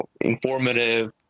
informative